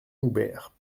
joubert